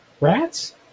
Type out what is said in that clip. Rats